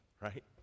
right